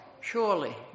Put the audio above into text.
Surely